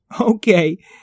Okay